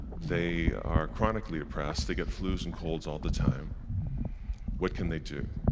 they are chronically depressed, they get flus and colds all the time what can they do?